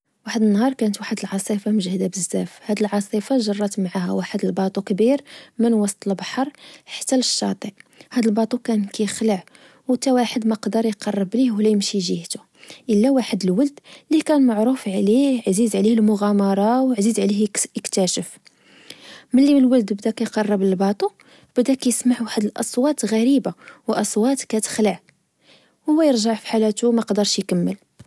واحد النهار، كانت واحد العاصفة مجهدة بزاف، هاد العاصفة جرات معها واحد الباطو كبير من وسط البحر حتى لشاطئ، هاد الباطو كان كخلع وتاوحد مقدر يقرب ليه ولا يمشي جيهتو، إلا واحد الولد لكان معروف عليه عزيز عليه المغامرة، وعزيز عليه إكتاشف، ملي الولد بدا كقرب الباطو ، بدا كسمع واحد الأصوات غريبة و أصوات كتخلع، هو يرجع فحالاتو مقدرش يكمل